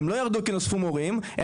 הם לא ירדו כי נוספו מורים,